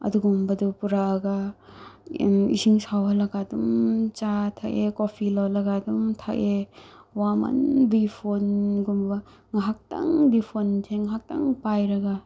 ꯑꯗꯨꯒꯨꯝꯕꯗꯨ ꯄꯨꯔꯛꯑꯒ ꯏꯁꯤꯡ ꯁꯧꯍꯜꯂꯒ ꯗꯨꯝ ꯆꯥ ꯊꯑꯦ ꯀꯣꯐꯤ ꯂꯣꯜꯂꯒ ꯑꯗꯨꯝ ꯊꯛꯑꯦ ꯋꯥꯃꯟꯕꯒꯤ ꯐꯣꯟꯉꯨꯝꯕ ꯉꯥꯏꯍꯥꯛꯇꯪꯗꯤ ꯐꯣꯟꯁꯦ ꯉꯥꯏꯍꯥꯛꯇꯪ ꯄꯥꯏꯔꯒ